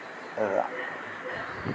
இது தான்